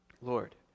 Lord